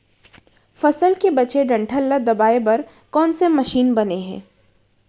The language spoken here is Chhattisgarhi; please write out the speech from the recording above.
फसल के बचे डंठल ल दबाये बर कोन से मशीन बने हे?